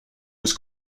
was